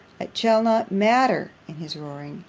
i shall not matter in his roaring,